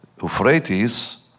Euphrates